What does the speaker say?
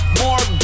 more